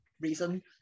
reason